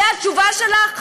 זו התשובה שלך?